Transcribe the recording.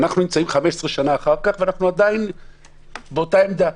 אנחנו נמצאים 15 שנים אחר כך ואנחנו עדיין באותה עמדה.